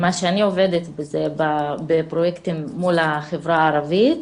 מה שאני עובדת בפרויקטים מול החברה הערבית,